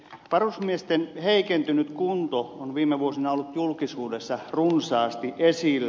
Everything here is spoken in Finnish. varusmiesten heikentynyt kunto on viime vuosina ollut julkisuudessa runsaasti esillä